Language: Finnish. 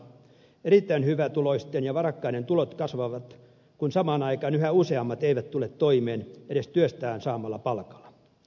erittäin hyvätuloisten ja varakkaiden tulot kasvavat kun samaan aikaan yhä useammat eivät tule toimeen edes työstään saamallaan palkalla